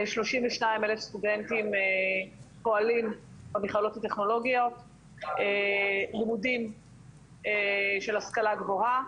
כ-32,000 סטודנטים פועלים במכללות הטכנולוגיות בלימודים של השכלה גבוהה,